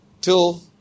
till